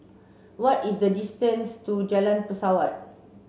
what is the distance to Jalan Pesawat